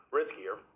riskier